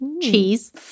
cheese